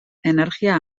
energia